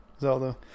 Zelda